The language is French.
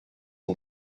mon